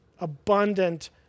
abundant